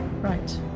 Right